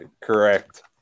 correct